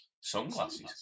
sunglasses